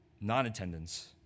non-attendance